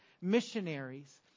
missionaries